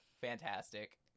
fantastic